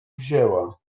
wzięła